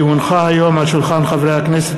כי הונחה היום של שולחן הכנסת,